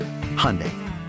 Hyundai